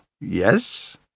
yes